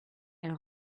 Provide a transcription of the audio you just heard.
elle